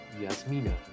Yasmina